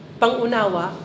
pangunawa